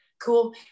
cool